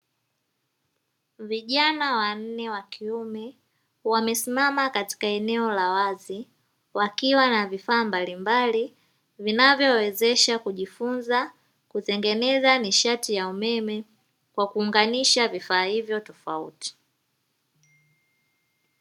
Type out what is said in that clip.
Vijana wanne wa kiume wamesimama katika eneo la wazi wakiwa na vifaa mbalimbali vinavyowezesha kujifunza kutengeneza nishati ya umeme kwa kuunganisha vifaa hivyo tofauti.